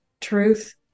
truth